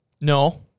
No